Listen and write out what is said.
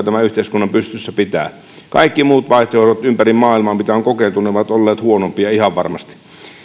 tämän yhteiskunnan pystyssä pitää kaikki muut vaihtoehdot ympäri maailman mitä on kokeiltu ovat olleet huonompia ihan varmasti